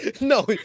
No